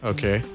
Okay